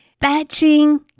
Batching